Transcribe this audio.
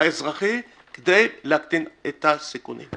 כדי להקטין את הסיכונים.